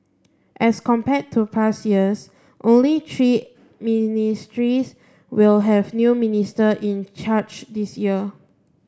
as compared to past years only three ministries will have new minister in charge this year